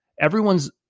everyone's